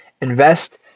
Invest